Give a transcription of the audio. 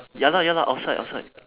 ya lah ya lah outside outside